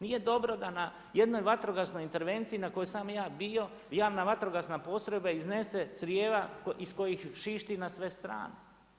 Nije dobro da na jednoj vatrogasnoj intervenciji na kojoj sam i ja bio, javna vatrogasna postrojba iznese crijeva iz kojih šišti na sve strane.